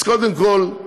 אז קודם כול,